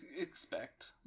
expect